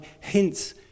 hints